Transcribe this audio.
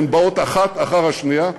והן באות אחת אחר השנייה,